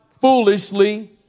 foolishly